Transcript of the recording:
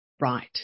right